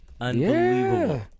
Unbelievable